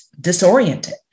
disoriented